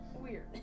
Weird